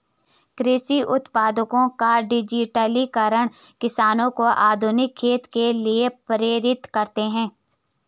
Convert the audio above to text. कृषि उत्पादों का डिजिटलीकरण जो किसानों को आधुनिक खेती के लिए प्रेरित करते है